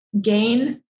gain